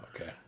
okay